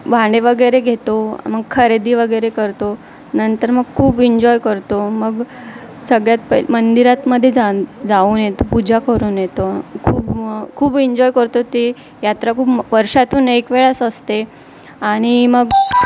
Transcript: भांडे वगैरे घेतो मग खरेदी वगेरे करतो नंतर मग खूप इन्जॉय करतो मग सगळ्यात पै मंदिरातमध्ये जाऊन जाऊन येतो पूजा करून येतो खूप खूप इन्जॉय करतो ते यात्रा खूप वर्षातून एक वेळाच असते आणि मग